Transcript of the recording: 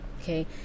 okay